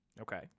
Okay